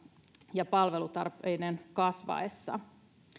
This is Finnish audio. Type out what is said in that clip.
ja palvelutarpeiden kasvaessa